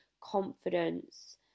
confidence